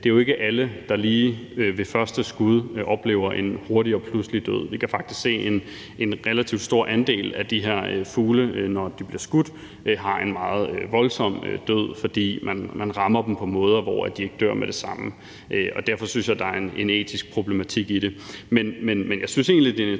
at det jo ikke er alle, der lige ved første skud oplever en hurtig og pludselig død. Vi kan faktisk se, at en relativt stor andel af de her fugle, når de bliver skudt, har en meget voldsom død, fordi man rammer dem på måder, hvorpå de ikke dør med det samme. Derfor synes jeg, der er en etisk problematik i det.